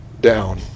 down